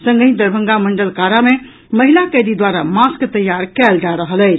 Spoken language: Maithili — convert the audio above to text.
संगहि दरभंगा मंडल कारा मे महिला कैदी द्वार मास्क तैयार कयल जा रहल अछि